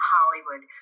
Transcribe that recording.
Hollywood